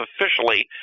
officially